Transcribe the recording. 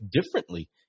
differently